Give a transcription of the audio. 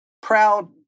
Proud